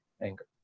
anger